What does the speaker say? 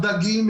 דגים,